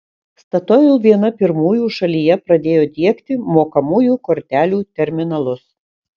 statoil viena pirmųjų šalyje pradėjo diegti mokamųjų kortelių terminalus